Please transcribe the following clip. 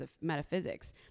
metaphysics